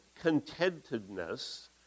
contentedness